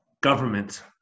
government